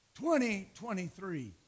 2023